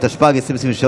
התשפ"ג 2023,